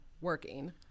working